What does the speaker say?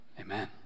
Amen